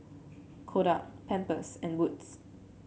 Kodak Pampers and Wood's